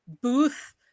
booth